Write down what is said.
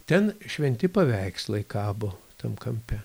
ten šventi paveikslai kabo tam kampe